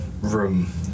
room